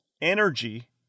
energy